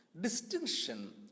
distinction